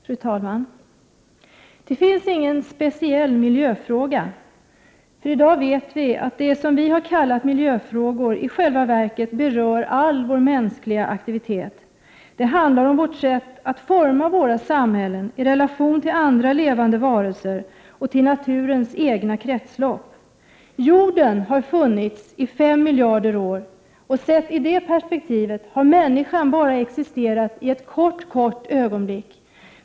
Fru talman! Det finns ingen speciell miljöfråga. I dag vet vi att det vi kallat miljöfrågor i själva verket berör all vår mänskliga aktivitet. Det handlar om vårt sätt att forma våra samhällen i relation till andra levande varelser och till naturens eget kretslopp. Jorden har funnits i 5 miljarder år. Sett i det perspektivet har människan existerat bara ett kort, kort ögonblick.